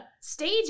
stage